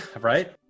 right